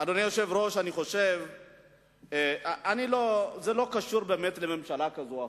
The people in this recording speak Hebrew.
אדוני היושב-ראש, זה לא קשור לממשלה כזאת או אחרת.